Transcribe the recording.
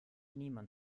niemand